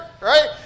Right